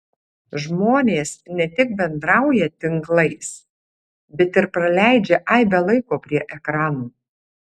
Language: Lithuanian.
žmonės ne tik bendrauja tinklais bet ir praleidžia aibę laiko prie ekranų